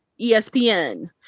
ESPN